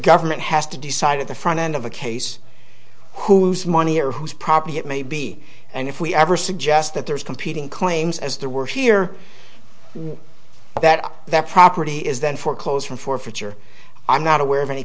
government has to decide at the front end of a case whose money or whose property it may be and if we ever suggest that there's competing claims as there were here that that property is then for clothes from forfeiture i'm not aware of any